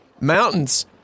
Mountains